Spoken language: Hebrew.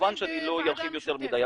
כמובן שאני לא ארחיב יותר מדי.